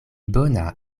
bona